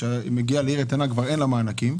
שכאשר מגיעים לעיר איתנה כבר אין לה מענקים.